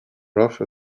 rough